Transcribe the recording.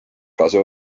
kasu